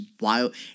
wild